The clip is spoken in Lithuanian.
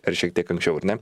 ar šiek tiek anksčiau ar ne